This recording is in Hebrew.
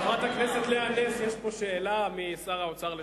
חברת הכנסת לאה נס, יש פה שאלה משר האוצר לשעבר.